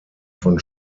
von